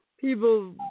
people